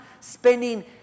spending